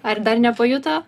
ar dar nepajuto